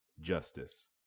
justice